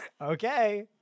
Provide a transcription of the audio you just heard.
Okay